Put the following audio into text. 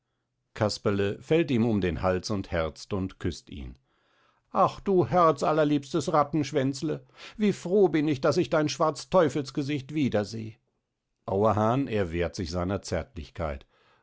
casperle fällt ihm um den hals und herzt und küsst ihn ach du herzallerliebstes ratteschwänzle wie froh bin ich daß ich dein schwarz teufelsgesicht wiederseh auerhahn erwehrt sich seiner zärtlichkeit